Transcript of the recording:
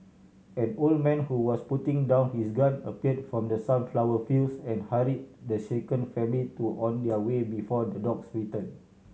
an old man who was putting down his gun appeared from the sunflower fields and hurry the shaken family to on their way before the dogs return